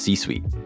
C-suite